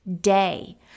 day